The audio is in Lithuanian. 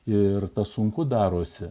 ir sunku darosi